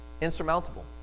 insurmountable